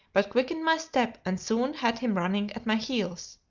but quickened my step, and soon had him running at my heels.